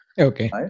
Okay